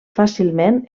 fàcilment